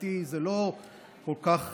מבחינתי זה לא כל כך חשוב,